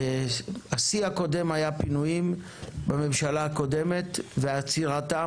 השיא הקודם היה פינויים בממשלה הקודמת ועצירתם